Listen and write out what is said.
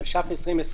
התש"ף 2020,